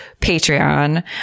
Patreon